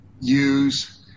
use